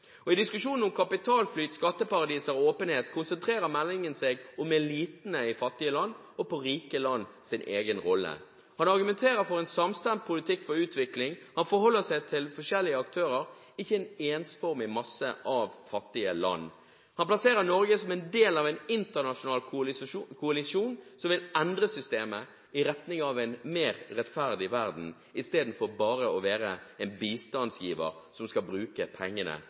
I diskusjonen om kapitalflyt, skatteparadiser og åpenhet konsentrerer meldingen seg om elitene i fattige land og om rike lands egen rolle. Den argumenterer for en samstemt politikk for utvikling. Den forholder seg til forskjellige aktører og ikke til en ensformig masse av fattige land. Den plasserer Norge som en del av en internasjonal koalisjon som vil endre systemet i retning av en mer rettferdig verden, i stedet for bare å være en bistandsgiver som skal bruke pengene